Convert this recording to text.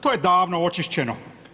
To je davno očišćeno.